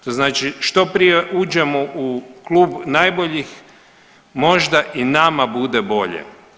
To znači što prije uđemo u klub najboljih možda i nama bude bolje.